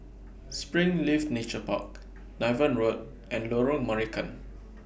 Springleaf Nature Park Niven Road and Lorong Marican